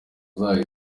zayo